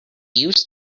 used